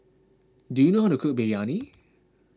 do you know how to cook Biryani